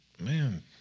man